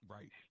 Right